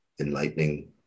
enlightening